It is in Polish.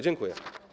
Dziękuję.